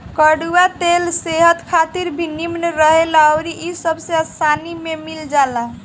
कड़ुआ तेल सेहत खातिर भी निमन रहेला अउरी इ सबसे आसानी में मिल जाला